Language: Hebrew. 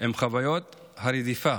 עם חוויות הרדיפה,